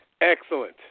Excellent